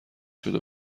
شده